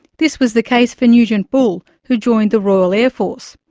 this was the case for nugent bull, who joined the royal air force,